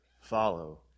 follow